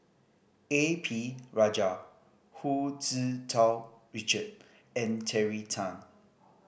A P Rajah Hu Tau Richard and Terry Tan